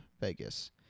Vegas